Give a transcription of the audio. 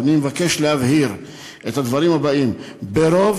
אני מבקש להבהיר את הדברים הבאים: ברוב